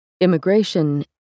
Immigration